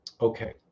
Okay